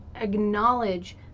acknowledge